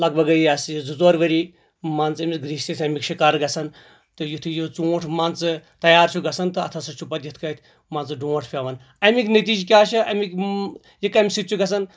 لگ بگ گٔے یہِ ہسا یہِ زٕ ژور ؤری مان ژٕ أمس گریستِس اَمیُک شِگار گژھان تہٕ یِتُھے یہِ ژوٗنٹھ مان ژٕ تَیار چھُ گژھان تہٕ اَتھ ہسا چھُ پتہٕ یَتھ کٲٹھۍ منٛزٕ ڈوٹھ پیٚوان اَمیکۍ نٔتیٖجہٕ کیٚاہ چھِ اَمیکۍ یہِ کمہِ سۭتۍ چھُ گژھان